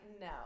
No